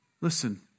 Listen